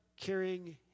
carrying